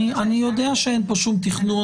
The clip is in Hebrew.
אני יודע שאין פה שום תכנון,